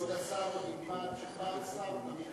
כבוד השר, תלמד שפעם שר תמיד שר.